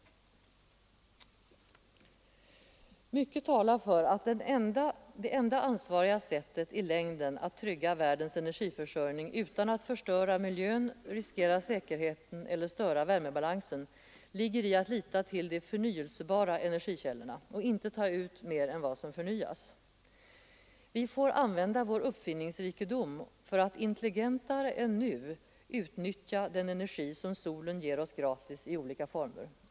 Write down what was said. Mycket talar för att det enda ansvariga sättet att i längden trygga världens energiförsörjning utan att förstöra miljön, riskera säkerheten eller störa värmebalansen ligger i att lita till de förnyelsebara energikällorna och inte ta ut mer än vad som förnyas. Vi får använda vår uppfinningsrikedom för att intelligentare än nu utnyttja den energi som solen ger oss gratis i olika former.